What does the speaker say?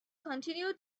continue